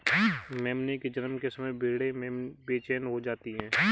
मेमने के जन्म के समय भेड़ें बेचैन हो जाती हैं